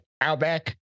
outback